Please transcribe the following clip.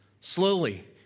slowly